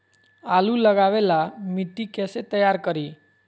आलु लगावे ला मिट्टी कैसे तैयार करी?